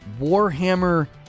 Warhammer